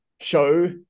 show